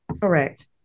Correct